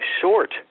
short